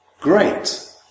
great